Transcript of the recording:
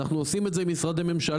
אנחנו עושים את זה עם משרדי ממשלה.